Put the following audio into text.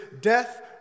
death